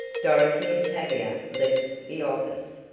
dorothy and tavia left the office.